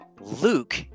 Luke